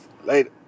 Later